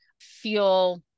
feel